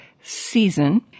Season